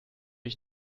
ich